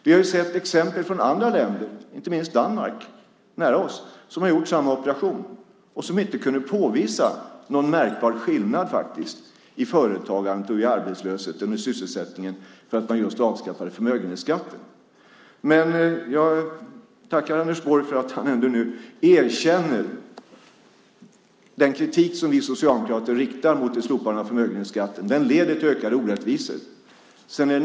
Vi har sett exempel från andra länder nära oss, inte minst från Danmark, där man gjort samma operation och inte kunnat påvisa någon märkbar skillnad i företagandet, arbetslösheten och sysselsättningen just på grund av ett avskaffande av förmögenhetsskatten. Jag tackar Anders Borg för att han nu erkänner den kritik som vi socialdemokrater riktar mot slopandet av förmögenhetsskatten. Den leder till ökade orättvisor.